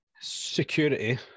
Security